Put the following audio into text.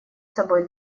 собой